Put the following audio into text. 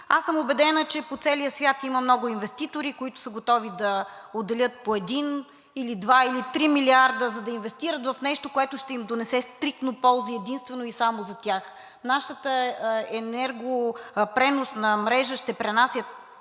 аз съм убедена, че по целия свят има много инвеститори, които са готови да отделят по един или два, или три милиарда, за да инвестират в нещо, което ще им донесе стриктно ползи единствено и само за тях. Нашата енергопреносна мрежа ще пренася